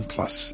Plus